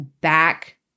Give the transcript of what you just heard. back